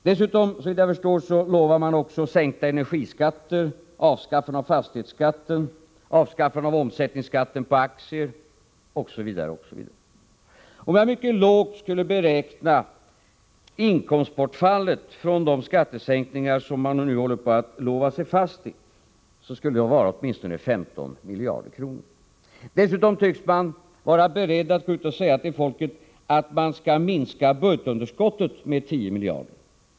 Dessutom utlovas sänkta energiskatter, avskaffande av fastighetsskatten och omsättningsskatten på aktier osv. Om jag mycket lågt beräknar inkomstbortfallet genom de skattesänkningar som de borgerliga utfäster löften om visar det sig att det skulle uppgå till minst 15 miljarder kronor. Dessutom tycks de borgerliga vara beredda att gå ut och säga till folk att de skall minska budgetunderskottet med 10 miljarder.